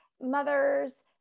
mothers